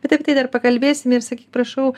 bet apie tai dar pakalbėsime ir sakyk prašau